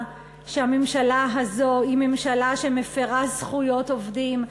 שהממשלה הזאת היא ממשלה שמפרה זכויות עובדים,